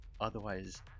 otherwise